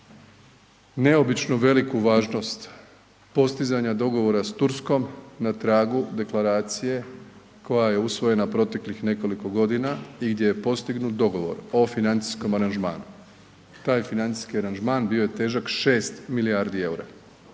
neobično veliku važnost postizanja dogovora s Turskom na tragu Deklaracije koja je usvojena proteklih nekoliko godina i gdje je postignut dogovor o financijskom aranžmanu, taj financijski aranžman bio je težak 6 milijardi EUR-a,